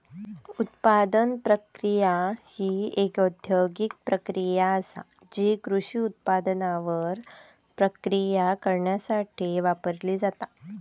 उत्पादन प्रक्रिया ही एक औद्योगिक प्रक्रिया आसा जी कृषी उत्पादनांवर प्रक्रिया करण्यासाठी वापरली जाता